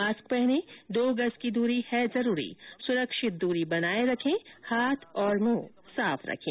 mask पहनें दो गज की दूरी है जरूरी सुरक्षित दूरी बनाए रखे हाथ और मुंह साफ रखें